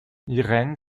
irène